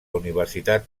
universitat